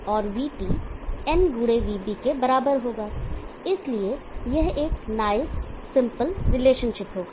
और VT n गुणे VB के बराबर होगा इसलिए यह एक नाइस सिंपल रिलेशनशिप होगा